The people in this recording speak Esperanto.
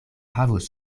havos